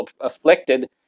afflicted